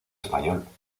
español